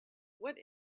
what